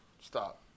stop